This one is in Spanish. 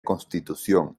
constitución